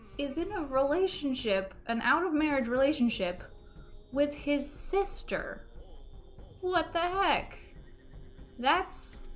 is in a relationship an out of marriage relationship with his sister what the heck that's